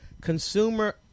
Consumer